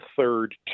third